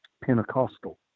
Pentecostal